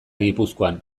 gipuzkoan